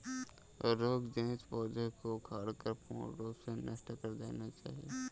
रोग जनित पौधों को उखाड़कर पूर्ण रूप से नष्ट कर देना चाहिये